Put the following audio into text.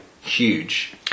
huge